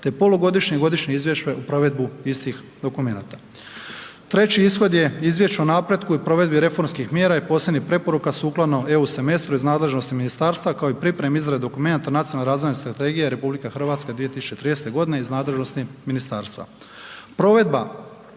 te polugodišnje i godišnje izvješće u provedbu istih dokumenata. Treće ishod je izvješće o napretku i provedbi reformskih mjera i posebnih preporuka sukladno eu semestru iz nadležnosti ministarstva kao i pripremi izrade dokumenata Nacionalne razvojne strategija RH 2013. godine iz nadležnosti ministarstva.